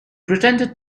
pretended